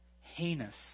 heinous